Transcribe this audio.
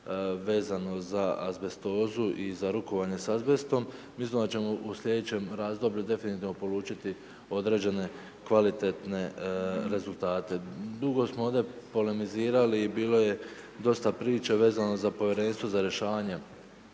vezano za azbestozu i za rukovanje s azbestom, mislim da ćemo u sljedećem razdoblju definitivno polučiti određene kvalitetne rezultate. Dugo smo ovdje polemizirali, bilo je dosta priča vezano za Povjerenstvo za rješavanje